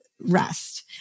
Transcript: rest